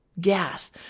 gas